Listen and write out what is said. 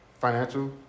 financial